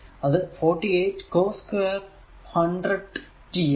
അത് 48 cos2 100 t ആണ്